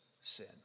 sin